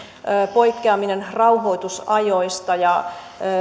poikkeaminen rauhoitusajoista ja